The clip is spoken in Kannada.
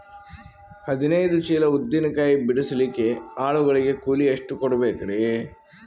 ಹದಿನೈದು ಚೀಲ ಉದ್ದಿನ ಕಾಯಿ ಬಿಡಸಲಿಕ ಆಳು ಗಳಿಗೆ ಕೂಲಿ ಎಷ್ಟು ಕೂಡಬೆಕರೀ?